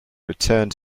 returned